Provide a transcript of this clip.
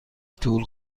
طول